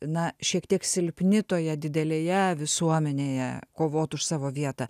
na šiek tiek silpni toje didelėje visuomenėje kovot už savo vietą